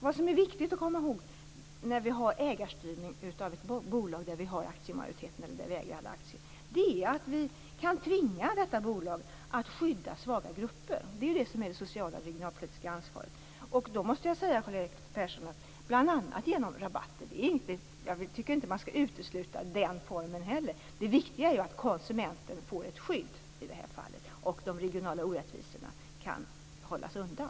Vad som är viktigt att komma ihåg när vi har ägarstyrning och det rör sig om ett bolag där vi har aktiemajoriteten eller där vi äger alla aktier är att vi kan tvinga det bolaget att skydda svaga grupper. Det är ju det som är det sociala och det regionalpolitiska ansvaret. Bl.a. kan man, Karl-Erik Persson, ta till rabatter. Jag tycker inte att den formen skall uteslutas. Det viktiga i det här fallet är dock att konsumenten får ett skydd och att de regionala orättvisorna kan hållas undan.